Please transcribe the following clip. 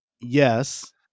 yes